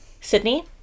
Sydney